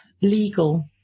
legal